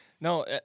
No